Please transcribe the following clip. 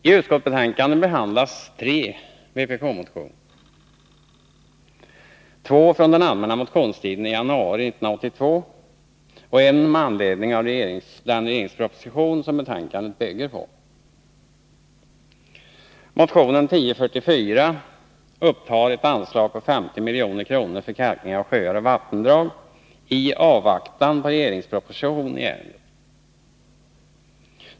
I utskottsbetänkandet behandlas tre vpk-motioner: två från den allmänna motionstiden i januari 1982 och en med anledning av den regeringsproposition som betänkandet bygger på. Motionen 1044 upptar ett anslag på 50 milj.kr. för kalkning av sjöar och vattendrag i avvaktan på regeringsproposition i ärendet.